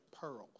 pearls